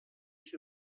ich